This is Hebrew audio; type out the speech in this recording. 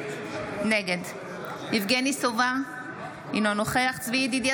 נגד יבגני סובה, אינו נוכח צבי ידידיה